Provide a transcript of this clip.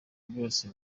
byose